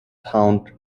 pound